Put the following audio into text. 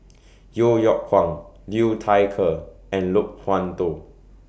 Yeo Yeow Kwang Liu Thai Ker and Loke Wan Tho